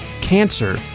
cancer